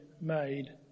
made